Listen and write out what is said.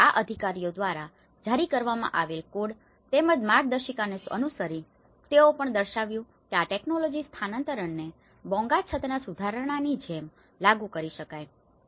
તેથી આ અધિકારીઓ દ્વારા જારી કરવામાં આવેલ કોડ તેમજ માર્ગદર્શિકાને અનુસરીને તેઓએ તે પણ દર્શાવ્યું હતું કે આ ટેક્નોલોજીના સ્થાનાંતરણને બોંગા છતના સુધારાની જેમ લાગુ કરી શકાય છે